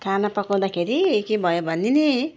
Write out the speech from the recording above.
खाना पकाउँदाखेरि के भयो भने नि